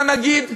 מה נגיד,